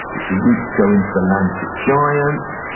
its roots go into the land of the giants.